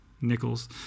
nickels